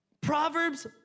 Proverbs